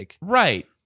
Right